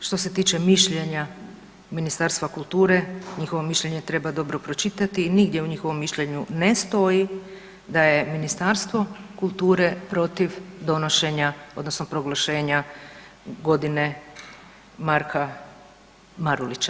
Što se tiče mišljenja Ministarstva kulture njihovo mišljenje treba dobro pročitati i nigdje u njihovom mišljenju ne stoji da je Ministarstvo kulture protiv donošenja odnosno proglašenja godine Marka Marulića.